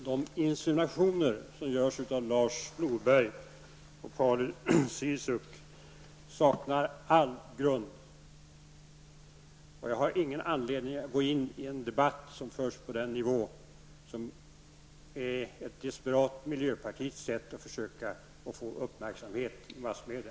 Herr talman! De insinuationer som görs av Lars Norberg och Paul Ciszuk saknar all grund. Jag har ingen anledning att gå in i en debatt som förs på den nivån, och som är ett desperat miljöpartis sätt att försöka få uppmärksamhet i massmedia.